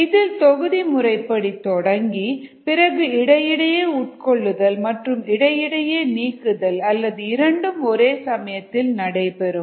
இதில் தொகுதி முறைப்படி தொடங்கி பிறகு இடையிடையே உட்கொள்ளுதல் மற்றும் இடை இடையே நீக்குதல் அல்லது இரண்டும் ஒரே சமயத்தில் நடைபெறும்